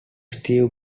steve